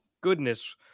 goodness